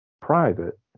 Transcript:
private